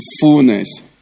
fullness